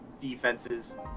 defenses